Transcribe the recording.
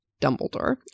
Dumbledore